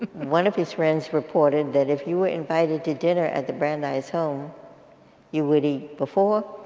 one of his friends reported that if you were invited to dinner at the brandeis home you would eat before,